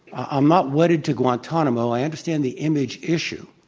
i'm not wedded to guantanamo. i understand the image issue.